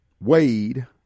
Wade